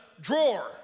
drawer